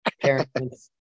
parents